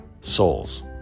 souls